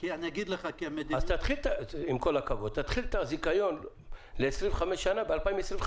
עם כל הכבוד, תתחיל את הזיכיון ל-25 שנה ב-2025.